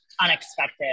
unexpected